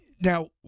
Now